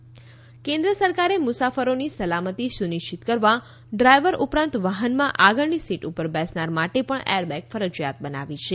વાહન એરબેગ કેન્દ્ર સરકારે મુસાફરોની સલામતી સુનિશ્ચિત કરવા ડ્રાયવર ઉપરાંત વાહનમાં આગળની સીટ ઉપર બેસનાર માટે પણ એરબેગ ફરજીયાત બનાવી છે